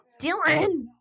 Dylan